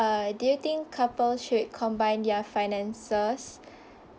uh but do you think couples should combine their finances